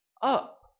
Up